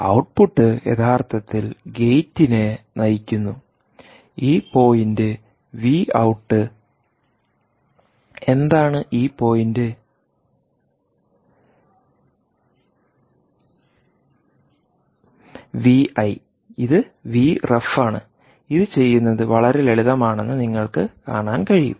output യഥാർത്ഥത്തിൽ ഗേറ്റിനെ നയിക്കുന്നു ഈ പോയിന്റ് വി ഔട്ട് എന്താണ് ഈ പോയിന്റ് വി ഐ ഇത് വി റെഫ് ആണ് ഇത് ചെയ്യുന്നത് വളരെ ലളിതമാണെന്ന് നിങ്ങൾക്ക് കാണാൻ കഴിയും